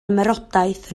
ymerodraeth